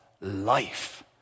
life